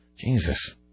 Jesus